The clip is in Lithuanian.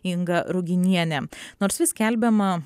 inga ruginienė nors vis skelbiama